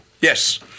Yes